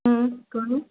घणो